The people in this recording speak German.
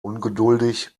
ungeduldig